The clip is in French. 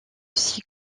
six